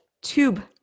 tube